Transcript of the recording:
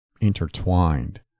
intertwined